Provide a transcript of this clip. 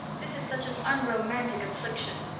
this is such an unromantic affliction.